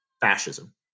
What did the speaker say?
fascism